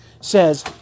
says